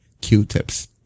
q-tips